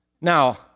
Now